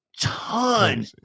ton